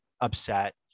upset